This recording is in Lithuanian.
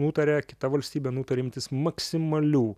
nutarė kita valstybė nutarė imtis maksimalių